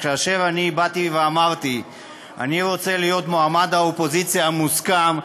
שכאשר אני באתי ואמרתי שאני רוצה להיות מועמד האופוזיציה המוסכם,